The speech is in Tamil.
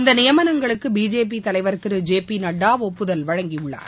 இந்தநியமனங்களுக்குபிஜேபிதலைவர் திரு ஜே பிநட்டாஒப்புதல் வழங்கியுள்ளார்